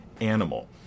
animal